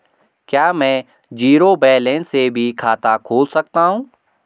क्या में zero balance से भी खाता खोल सकता हूँ?